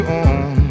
on